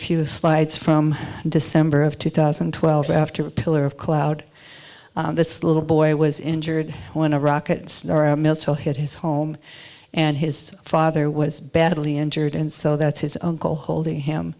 few slides from december of two thousand and twelve after a pillar of cloud this little boy was injured when a rocket hit his home and his father was badly injured and so that's his uncle holding